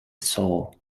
saw